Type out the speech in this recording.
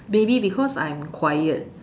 maybe because I'm quiet